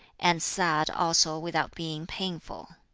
and sad also without being painful.